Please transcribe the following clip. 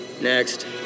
Next